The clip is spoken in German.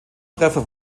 treffer